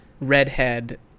redhead